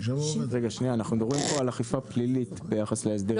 --- רגע שניה אנחנו מדברים פה על אכיפה פלילית ביחס להסדרים האלה?